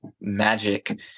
magic